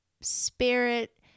spirit